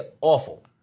awful